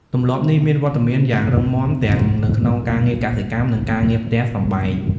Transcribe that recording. ទម្លាប់នេះមានវត្តមានយ៉ាងរឹងមាំទាំងនៅក្នុងការងារកសិកម្ម និងការងារផ្ទះសម្បែង។